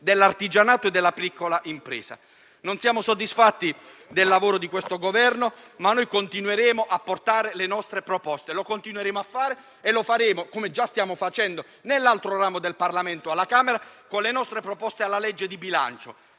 dell'artigianato e della piccola impresa. Non siamo soddisfatti del lavoro del Governo, ma continueremo a portare le nostre proposte. Lo continueremo a fare - lo stiamo facendo già nell'altro ramo del Parlamento, alla Camera - con le nostre proposte alla legge di bilancio: